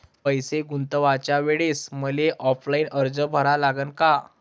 पैसे गुंतवाच्या वेळेसं मले ऑफलाईन अर्ज भरा लागन का?